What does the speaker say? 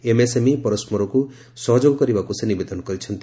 MSME ପରସରକୁ ସହଯୋଗ କରିବାକୁ ସେ ନିବେଦନ କରିଛନ୍ତି